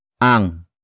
Ang